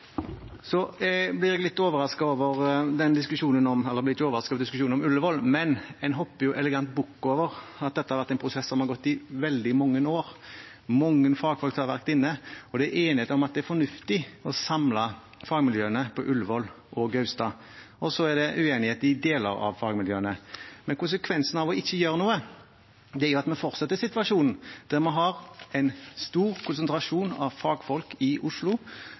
Så blir jeg ikke overrasket over diskusjonen om Ullevål, men en hopper elegant bukk over at dette har vært en prosess som har gått i veldig mange år. Mange fagfolk har vært inne, og det er enighet om at det er fornuftig å samle fagmiljøene på Ullevål og Gaustad, og så er det uenighet i deler av fagmiljøene. Men konsekvensen av ikke å gjøre noe er at vi fortsetter situasjonen der vi har en stor konsentrasjon av fagfolk i Oslo,